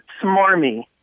smarmy